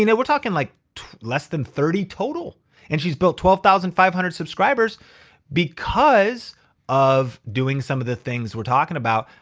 you know we're talking like less than thirty total and she's built twelve thousand five hundred subscribers because of doing some of the things we're talking about.